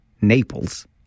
Naples